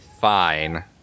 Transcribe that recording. fine